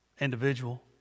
individual